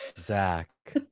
zach